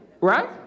right